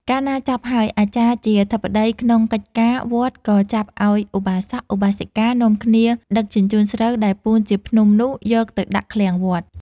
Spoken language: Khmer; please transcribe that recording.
កាលណាចប់ហើយ អាចារ្យជាអធិបតី ក្នុងកិច្ចការ វត្ត ក៏ចាប់ឲ្យឧបាសក ឧបាសិកានាំគ្នាដឹកជញ្ជូនស្រូវ ដែលពូនជាភ្នំនោះ យកទៅដាក់ឃ្លាំងវត្ត ។